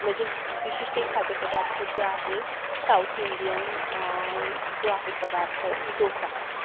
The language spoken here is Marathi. म्हणजे विशिष्टे खाद्यपदार्थ जे आहे साउथ इंडियन जो आहे पदार्थ दोसा तर